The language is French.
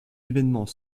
événement